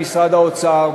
למשרד האוצר,